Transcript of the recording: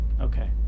Okay